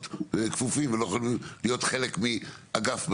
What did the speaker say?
כפופים ולא להיות חלק מאגף בעירייה.